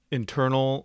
internal